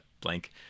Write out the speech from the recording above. blank